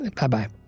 Bye-bye